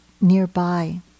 nearby